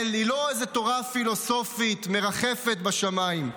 היא לא איזו תורה פילוסופית מרחפת בשמיים,